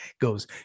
goes